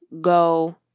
go